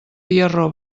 tiarró